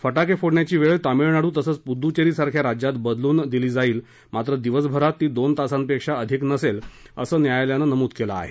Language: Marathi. फटाके फोडण्याची वेळ तामिळनाडू तसंच पुद्दवेरी सारख्या राज्यात बदलून दिली जाईल मात्र दिवसभरात ती दोन तासांपेक्षा अधिक नसेल असं न्यायालयानं नमूद केलं आहे